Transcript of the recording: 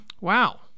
Wow